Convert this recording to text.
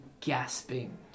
gasping